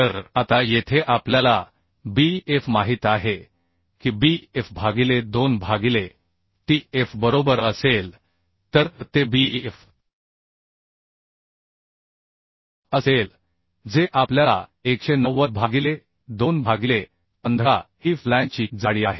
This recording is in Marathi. तर आता येथे आपल्याला b f माहित आहे की b f भागिले 2 भागिले t f बरोबर असेल तर ते b f असेल जे आपल्याला 190 भागिले 2 भागिले 15 ही फ्लॅंजची जाडी आहे